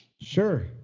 sure